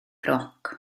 roc